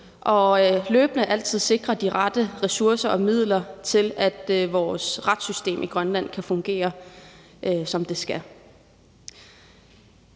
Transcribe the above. løbende sikre de rette ressourcer og midler til, at vores retssystem i Grønland kan fungere, som det skal.